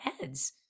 heads